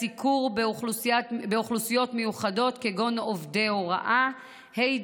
סיקור באוכלוסיות מיוחדות כגון עובדי הוראה, ה.